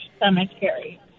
cemetery